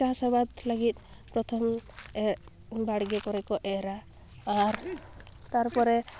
ᱪᱟᱥᱼᱟᱵᱟᱫᱽ ᱞᱟᱹᱜᱤᱫ ᱯᱨᱚᱛᱷᱚᱢ ᱵᱟᱲᱜᱮ ᱠᱚᱨᱮ ᱠᱚ ᱮᱨᱻ ᱟ ᱟᱨ ᱛᱟᱨᱯᱚᱨᱮ